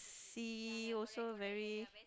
see also very